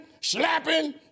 slapping